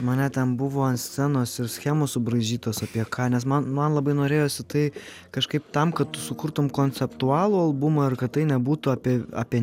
mane ten buvo ant scenos ir schemos subraižytos apie ką nes man man labai norėjosi tai kažkaip tam kad tu sukurtum konceptualų albumą ir kad tai nebūtų apie apie nieką